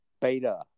beta